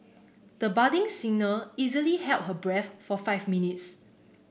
the budding singer easily held her breath for five minutes